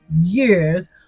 years